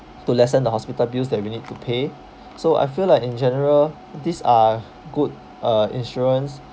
to lessen the hospital bills that we need to pay so I feel like in general this are good uh insurance